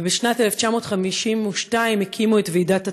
ובשנת 1952 הקימו את ועידת התביעות,